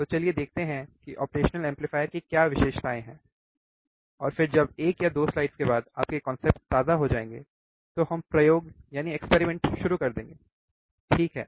तो चलिए देखते हैं कि ऑपरेशनल एम्पलीफायर की क्या विशेषताएँ हैं और फिर जब 1 या 2 स्लाइड्स के बाद आपके कॉन्सेप्ट ताज़ा हो जाएंगे तो हम प्रयोग शुरू कर देंगे ठीक है